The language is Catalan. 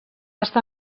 estar